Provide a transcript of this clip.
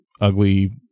ugly